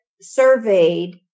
surveyed